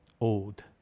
old